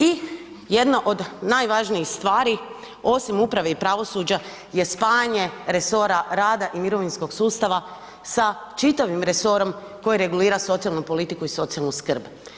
I jedno od najvažnijih stvari, osim uprave i pravosuđa je spajanje resora rada i mirovinskog sustava sa čitavim resorom koje regulira socijalnu politiku i socijalnu skrb.